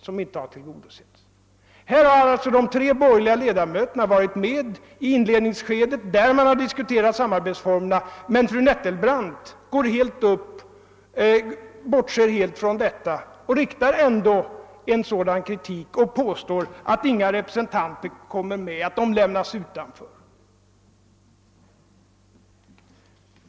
De tre borgerliga ledamöterna har alltså varit med i inledningsskedet, varvid samarbetsformerna diskuterades, men fru Nettelbrandt bortser helt från detta och vidhåller fortfarande att lärarna lämnats utanför.